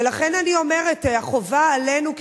ולכן אני אומרת: החובה עלינו,